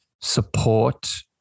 support